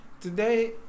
Today